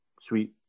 sweet